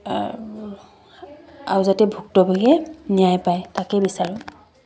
আৰু আৰু যাতে ভুক্তভোগীয়ে ন্যায় পায় তাকেই বিচাৰোঁ